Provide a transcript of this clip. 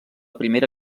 primera